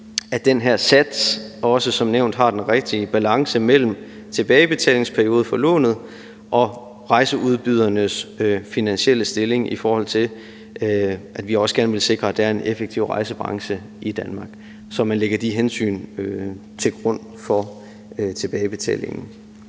at den her sats også som nævnt har den rigtige balance mellem tilbagebetalingsperiode for lånet og rejseudbydernes finansielle stilling, i forhold til at vi også gerne vil sikre, at der er en effektiv rejsebranche i Danmark, så man lægger de hensyn til grund for tilbagebetalingen.